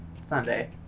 Sunday